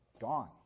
gone